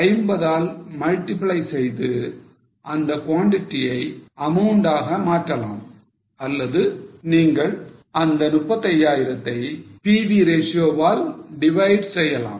50 ஆல் multiply செய்து அந்த quantity ஐ அமௌண்ட் ஆக மாற்றலாம் அல்லது நீங்கள் இந்த 35000 தை PV ratio வால் divide செய்யலாம்